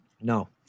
No